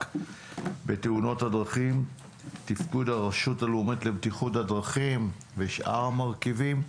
בתאונות הדרכים ותפקוד הרשות הלאומית לבטיחות בדרכים ושאר המרכיבים.